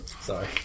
Sorry